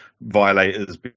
violators